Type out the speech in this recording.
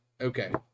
Okay